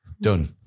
done